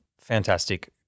fantastic